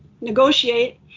negotiate